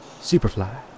Superfly